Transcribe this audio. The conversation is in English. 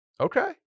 Okay